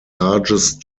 largest